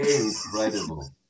Incredible